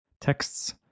texts